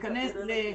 שיעשה את זה,